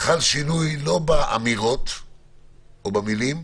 חל שינוי לא באמירות או במילים,